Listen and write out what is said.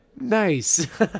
Nice